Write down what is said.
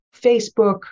Facebook